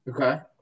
Okay